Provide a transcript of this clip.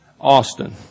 Austin